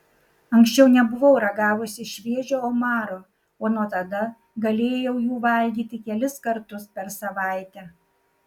anksčiau nebuvau ragavusi šviežio omaro o nuo tada galėjau jų valgyti kelis kartus per savaitę